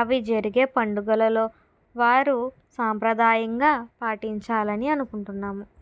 అవి జరిగే పండుగలలో వారు సాంప్రదాయంగా పాటించాలని అనుకుంటున్నాము